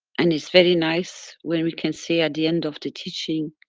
and it's very nice when we can say, at the end of the teaching,